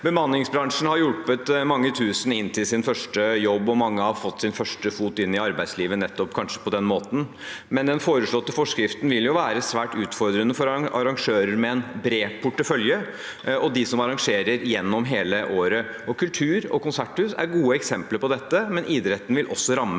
Bemanningsbransjen har hjulpet mange tusen inn til sin første jobb, og mange har fått sin første fot inn i arbeidslivet kanskje nettopp på den måten. Men den foreslåtte forskriften vil være svært utfordrende for arrangører med en bred portefølje og de som arrangerer gjennom hele året. Kultur og konserthus er gode eksempler på dette, men idretten vil også rammes